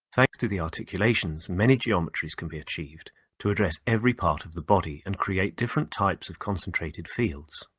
thanks to the articulations, many geometries can be achieved to address every part of the body and create different types of concentrated fields.